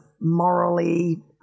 morally